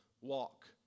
walk